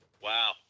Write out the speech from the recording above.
Wow